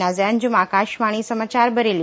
नाजिया अंजुम आकाशवाणी समाचार बरेली